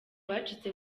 bacitse